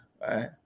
right